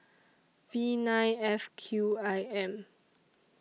V nine F Q I M